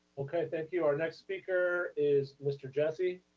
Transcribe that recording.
okay. thank you. our next speaker is mr. jessie.